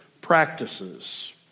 practices